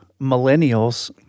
millennials